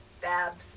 babs